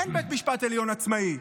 אין בית משפט עליון עצמאי,